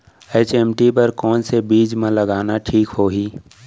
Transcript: HMT बर कौन से बीज मा लगाना ठीक होही?